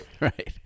Right